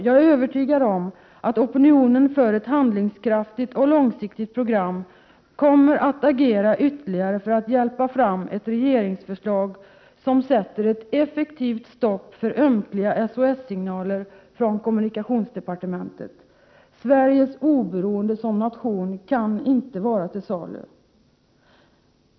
Jag är övertygad om att opinionen för ett handlingskraftigt och långsiktigt program kommer att agera ytterligare för att hjälpa fram ett regeringsförslag som sätter ett effektivt stopp för ömkliga SOS-signaler från kommunikationsdepartementet. Sveriges oberoende som nation kan inte vara till salu!